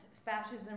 fascism